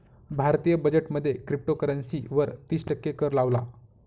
भारतीय बजेट मध्ये क्रिप्टोकरंसी वर तिस टक्के कर लावला